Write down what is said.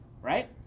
right